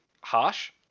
harsh